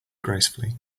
gracefully